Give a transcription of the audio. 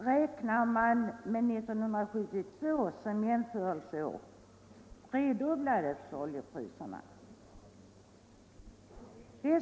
Räknar man med 1972 som jämförelseår finner man att oljepriserna tredubblades.